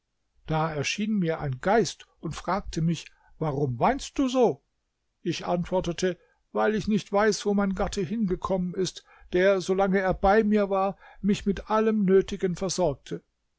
da erschien mir ein geist und fragte mich warum weinst du so ich antwortete weil ich nicht weiß wo mein gatte hingekommen ist der solange er bei mir war mich mit allem nötigen versorgte